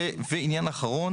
עניין אחרון